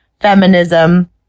feminism